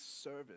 service